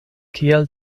kiel